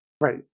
Right